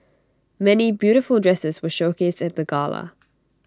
many beautiful dresses were showcased at the gala